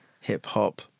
hip-hop